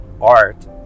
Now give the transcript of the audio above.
art